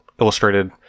illustrated